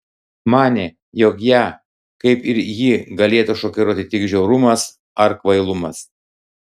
manė jog ją kaip ir jį galėtų šokiruoti tik žiaurumas ar kvailumas